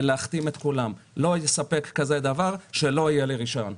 ותחתימו את כולם: לא יספק כזה דבר ללא רישיון,